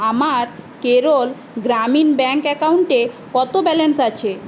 আমার কেরল গ্রামীণ ব্যাঙ্ক অ্যাকাউন্টে কত ব্যালেন্স আছে